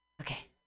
Okay